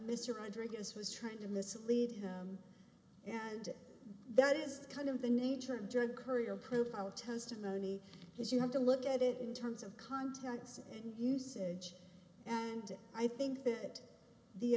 mr rodriguez was trying to mislead and that is kind of the nature of drug courier profile testimony because you have to look at it in terms of contacts and usage and i think that the